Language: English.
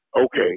Okay